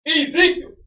Ezekiel